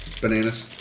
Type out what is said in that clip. bananas